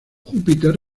júpiter